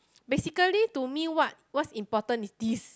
basically to me what what's important is this